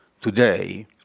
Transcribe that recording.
today